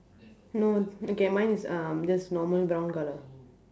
no okay mine is um just normal brown colour